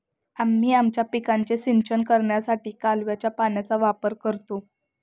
आम्ही आमच्या पिकांचे सिंचन करण्यासाठी कालव्याच्या पाण्याचा वापर करतो